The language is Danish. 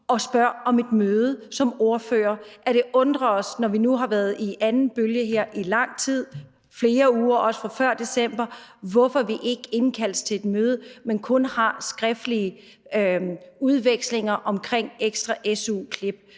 vi beder om et møde som ordførere. Det undrer os, når vi nu har været i anden bølge i lang tid – også siden før december – at vi ikke bliver indkaldt til et møde, men kun har skriftlige udvekslinger om ekstra su-klip.